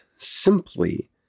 simply